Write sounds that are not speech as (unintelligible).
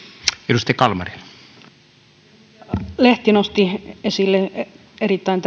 edustaja lehti nosti esille erittäin (unintelligible)